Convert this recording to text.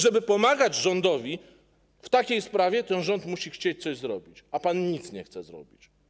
Żeby pomagać rządowi w takiej sprawie, ten rząd musi chcieć coś zrobić, a pan nic nie chce zrobić.